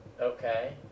Okay